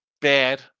bad